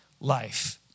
life